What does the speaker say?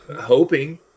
hoping